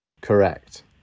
Correct